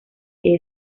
que